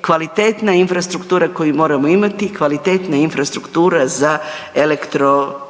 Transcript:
kvalitetna infrastruktura koju moramo imati i kvalitetna infrastruktura za elektroaute,